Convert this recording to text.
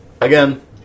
again